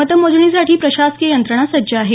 मतमोजणीसाठी प्रशासकीय यंत्रणा सज्ज आहे